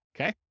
Okay